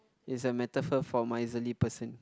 is a metaphor for miserly person